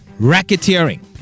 racketeering